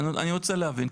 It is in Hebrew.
אני רוצה להבין,